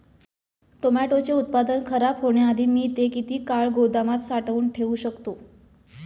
टोमॅटोचे उत्पादन खराब होण्याआधी मी ते किती काळ गोदामात साठवून ठेऊ शकतो?